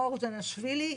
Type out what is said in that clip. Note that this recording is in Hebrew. מור ג'נשוילי,